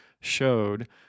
showed